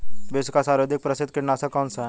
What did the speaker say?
विश्व का सर्वाधिक प्रसिद्ध कीटनाशक कौन सा है?